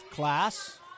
Class